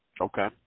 Okay